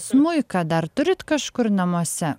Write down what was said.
smuiką dar turit kažkur namuose